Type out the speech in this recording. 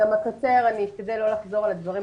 אני גם אקצר ואני אשתדל לא לחזור על הדברים.